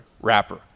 wrapper